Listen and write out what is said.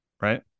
right